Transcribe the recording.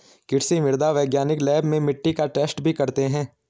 कृषि मृदा वैज्ञानिक लैब में मिट्टी का टैस्ट भी करते हैं